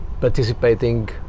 participating